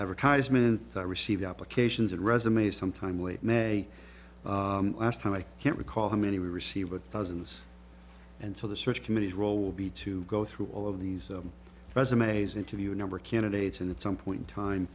advertisement that received applications and resumes sometime late may last time i can't recall how many we receive a thousands and so the search committees role will be to go through all of these resumes interview a number of candidates and at some point in time